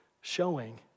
showing